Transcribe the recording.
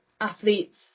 athletes